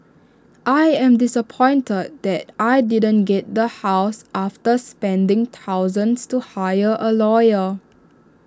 I am disappointed that I didn't get the house after spending thousands to hire A lawyer